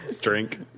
Drink